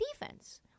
defense